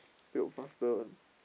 faster one